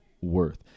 worth